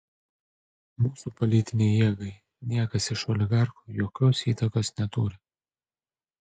mūsų politinei jėgai niekas iš oligarchų jokios įtakos neturi